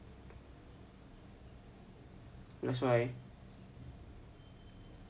that's why